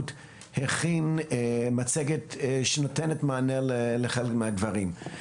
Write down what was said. הכינו מצגת שנותנת מענה לחלק מהדברים.